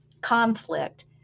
conflict